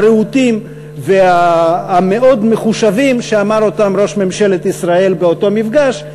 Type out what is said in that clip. והרהוטים והמאוד-מחושבים שאמר ראש ממשלת ישראל באותו מפגש,